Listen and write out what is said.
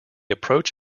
approach